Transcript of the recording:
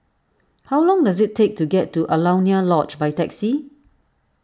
how long does it take to get to Alaunia Lodge by taxi